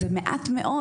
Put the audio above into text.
זה מעט מאוד.